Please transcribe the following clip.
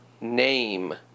name